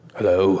Hello